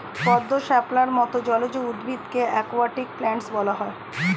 পদ্ম, শাপলার মত জলজ উদ্ভিদকে অ্যাকোয়াটিক প্ল্যান্টস বলা হয়